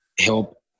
help